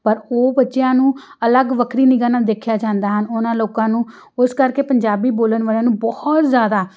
ਪਰ ਉਹ ਬੱਚਿਆਂ ਨੂੰ ਅਲੱਗ ਵੱਖਰੀ ਨਿਗਾਹ ਨਾਲ ਦੇਖਿਆ ਜਾਂਦਾ ਹਨ ਉਹਨਾਂ ਲੋਕਾਂ ਨੂੰ ਉਸ ਕਰਕੇ ਪੰਜਾਬੀ ਬੋਲਣ ਵਾਲਿਆਂ ਨੂੰ ਬਹੁਤ ਜ਼ਿਆਦਾ